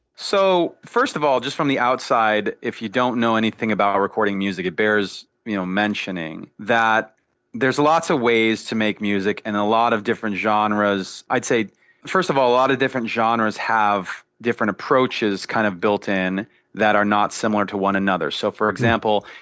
so first of all, just from the outside, if you don't know anything about recording music it bears you know mentioning that there's lots of ways to make music, and a lot of different genres. i'd say first of all, a lot of different genres have different approaches kind of built in that are not similar to one another. so for example,